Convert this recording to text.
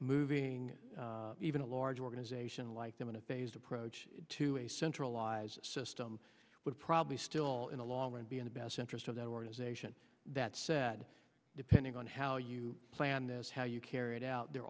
moving even a large organization like them in a phased approach to a centralized system would probably still in the long run be in the best interest of that organization that said depending on how you plan this how you carry it out there